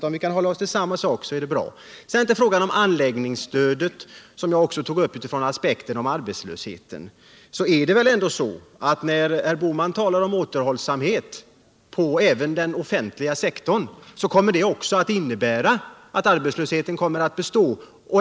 Om vi kan röra oss med samma begrepp är det bra. Sedan till frågan om anläggningsstödet, som jag också tog upp utifrån aspekten om arbetslöshet. När herr Bohman talar om återhållsamhet även på den offentliga sektorn kommer det också att innebära att arbetslösheten kommer att bestå.